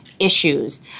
issues